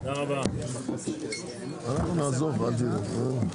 הישיבה ננעלה בשעה 10:58.